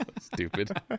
Stupid